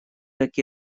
так